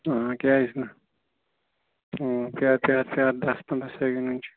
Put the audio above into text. آ کیٛازِ نہٕ آ کیٛاہ کیٛاہ خیال دس پنٛداہ